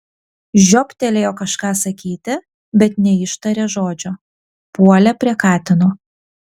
žiobtelėjo kažką sakyti bet neištarė žodžio puolė prie katino